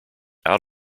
out